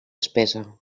espessa